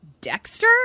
Dexter